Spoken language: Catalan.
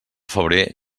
febrer